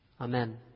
Amen